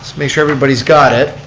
make sure everybody's got it.